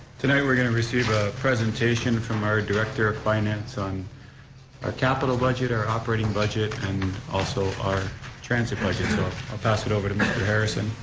tonight we're going to receive a presentation from our director of finance on our capital budget, our operating budget, and also our transit budget, so sort of i'll pass it over to mr. harrison,